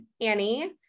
Annie